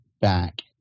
back